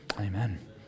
Amen